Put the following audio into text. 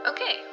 Okay